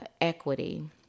equity